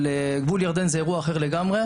אבל גבול ירדן זה אירוע אחר לגמרי.